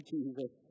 Jesus